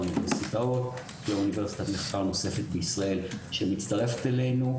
כאוניברסיטת מחקר נוספת בישראל שמצטרפת אלינו,